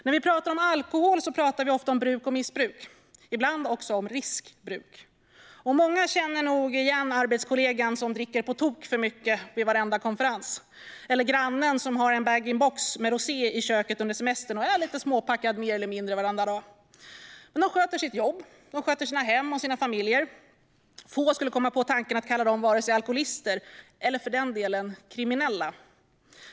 När vi pratar om alkohol pratar vi ofta om bruk och missbruk och ibland också om riskbruk. Många känner nog igen arbetskollegan som dricker på tok för mycket på varenda konferens eller grannen som har en bag-in-box med rosé i köket under semestern och är lite småpackad mer eller mindre varenda dag. Men de sköter sina jobb, sina hem och sina familjer. Få skulle komma på tanken att kalla dem vare sig alkoholister eller, för den delen, kriminella.